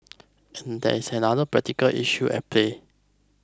and there is another practical issue at play